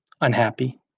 unhappy